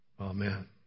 Amen